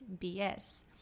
BS